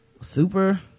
Super